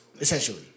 Essentially